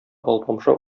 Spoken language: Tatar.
алпамша